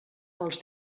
pels